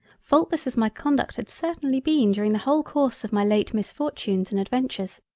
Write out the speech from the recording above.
faultless as my conduct had certainly been during the whole course of my late misfortunes and adventures,